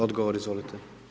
Odgovor, izvolite.